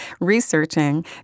researching